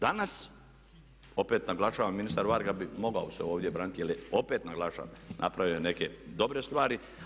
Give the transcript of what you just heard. Danas opet naglašavam ministar Varga bi mogao se ovdje braniti jer je opet naglašavam napravio neke dobre stvari.